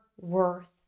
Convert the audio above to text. worth